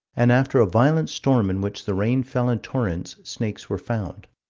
and after a violent storm in which the rain fell in torrents, snakes were found.